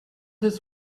his